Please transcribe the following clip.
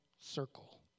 circle